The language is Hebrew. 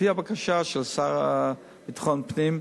לפי הבקשה של השר לביטחון פנים,